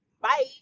Bye